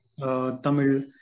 Tamil